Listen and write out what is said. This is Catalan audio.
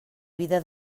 vida